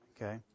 Okay